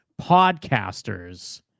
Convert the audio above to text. podcasters